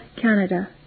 Canada